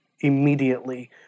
immediately